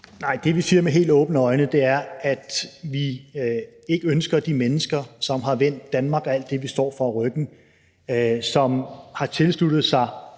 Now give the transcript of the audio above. Nej, det, vi siger helt åbnet, er, at vi ikke ønsker de mennesker, som har vendt Danmark og alt det, vi står for, ryggen, som har tilsluttet sig